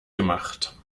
gemacht